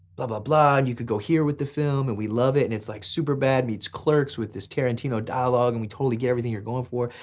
blah, and you could go here with the film. and we love it, and it's like super bad meets clerks with this tarantino dialogue, and we totally get everything you're going for,